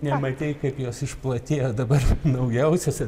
nematei kaip jos išplatėjo dabar naujausiose